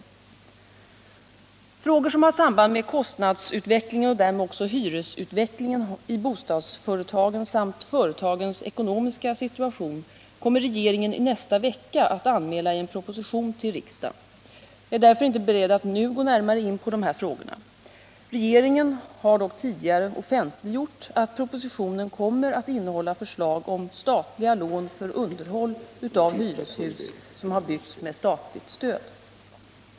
Frågor som har samband med kostnadsutvecklingen och därmed också hyresutvecklingen i bostadsföretagen samt företagens ekonomiska situation kommer regeringen i nästa vecka att anmäla i en proposition till riksdagen. Jag är därför inte beredd att nu gå närmare in på dessa frågor. Regeringen har dock tidigare offentliggjort att propositionen kommer att innehålla förslag om statliga lån för underhåll av hyreshus som har byggts med statligt stöd.